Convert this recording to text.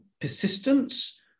persistence